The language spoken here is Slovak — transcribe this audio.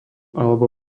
alebo